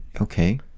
okay